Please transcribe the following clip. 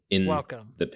Welcome